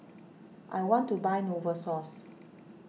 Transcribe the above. I want to buy Novosource